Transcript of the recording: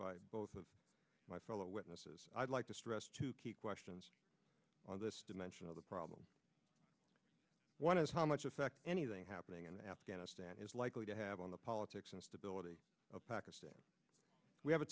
by both of my fellow witnesses i'd like to stress to keep questions on the dimension of the problem one is how much effect anything happening in afghanistan is likely to have on the politics and stability of pakistan we have a